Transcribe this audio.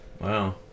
Wow